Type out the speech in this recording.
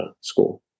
school